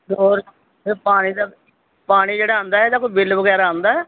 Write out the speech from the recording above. ਔਰ ਇਹ ਪਾਣੀ ਦਾ ਪਾਣੀ ਜਿਹੜਾ ਆਉਂਦਾ ਇਹਦਾ ਕੋਈ ਬਿੱਲ ਵਗੈਰਾ ਆਉਂਦਾ